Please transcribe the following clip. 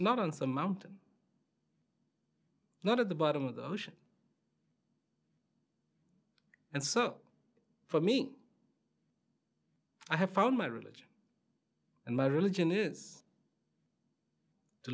not on some mountain not at the bottom of the ocean and so for me i have found my religion and my religion is to